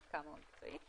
עד כמה הוא מקצועי.